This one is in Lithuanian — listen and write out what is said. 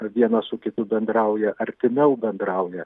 vienas su kitu bendrauja artimiau bendrauja